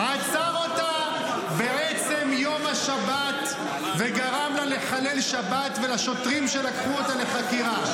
עצר אותה בעצם יום השבת וגרם לה לחלל שבת ולשוטרים שלקחו אותה לחקירה.